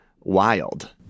wild